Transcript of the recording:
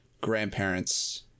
grandparents